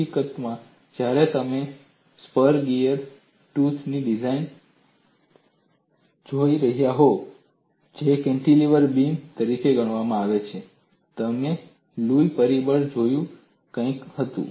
હકીકતમાં જ્યારે તમે સ્પર ગિયર દાંત ની ડિઝાઇન જોઈ રહ્યા હોવ જેને કેન્ટિલીવર બીમ તરીકે ગણવામાં આવે છે અને તમે લૂઇ પરિબળ જેવું કંઈક કર્યું હોત